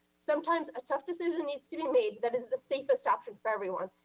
sometimes a tough decision needs to be made. that is the safest option for everyone.